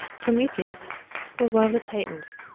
prometheus was one of the titans,